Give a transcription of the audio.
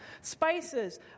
spices